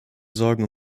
sorgen